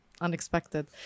unexpected